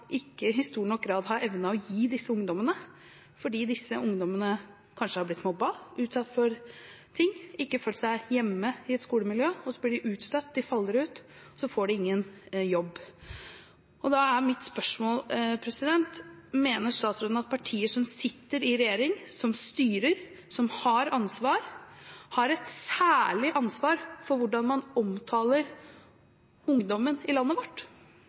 ikke i stor nok grad har evnet å gi disse ungdommene, fordi disse ungdommene kanskje har blitt mobbet, utsatt for ting, ikke har følt seg hjemme i skolemiljøet, og så blir de utstøtt, de faller ut, og så får de ingen jobb. Da er mitt spørsmål: Mener statsråden at partier som sitter i regjering, som styrer, og som har ansvar, har et særlig ansvar for hvordan man omtaler ungdommen i landet vårt?